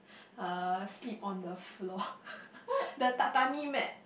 uh sleep on the floor the tatami mat